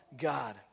God